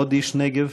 בבקשה,